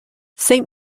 saint